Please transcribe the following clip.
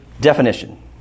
definition